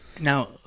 Now